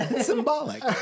Symbolic